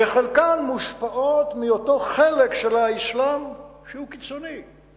וחלקן מושפעות מאותו חלק של האסלאם שהוא קיצוני.